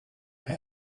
bei